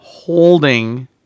Holding